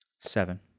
Seven